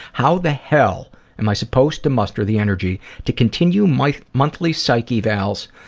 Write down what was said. how the hell am i supposed to muster the energy to continue my monthly psych evals,